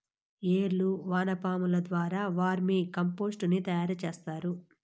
ఏర్లు వానపాముల ద్వారా వర్మి కంపోస్టుని తయారు చేస్తారు